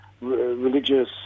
religious